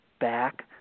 back